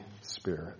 Spirit